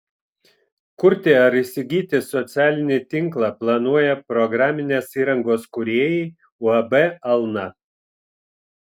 kurti ar įsigyti socialinį tinklą planuoja programinės įrangos kūrėjai uab alna